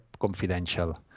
Confidential